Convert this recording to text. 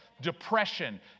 depression